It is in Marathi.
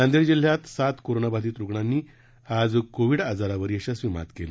नांदेड जिल्ह्यात सात कोरोनाबाधीत रूग्णांनी आज कोविड आजारावर यशस्वी मात केली